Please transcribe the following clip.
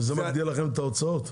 זה מגדיל לכם את ההוצאות?